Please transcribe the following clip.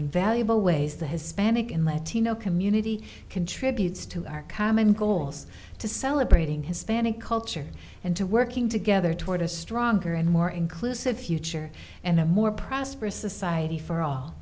invaluable ways the hispanic and latino community contributes to our common goals to celebrating hispanic culture and to working together toward a stronger and more inclusive future and a more prosperous society for all